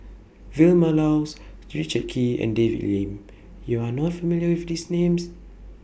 Vilma Laus Richard Kee and David Lim YOU Are not familiar with These Names